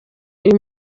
uyu